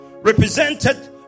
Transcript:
represented